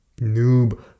Noob